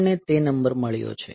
આપણને તે નંબર મળ્યો છે